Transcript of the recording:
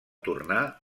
tornà